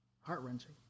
heart-wrenching